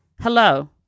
hello